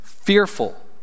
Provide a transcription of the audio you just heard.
Fearful